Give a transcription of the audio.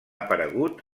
aparegut